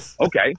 okay